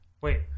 wait